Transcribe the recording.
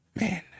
man